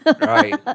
Right